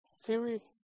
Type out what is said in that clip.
Siri